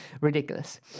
ridiculous